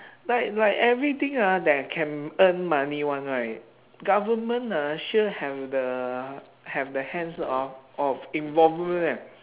like like everything ah that can earn money [one] right government ah sure have the have the hands hor of involvement [one]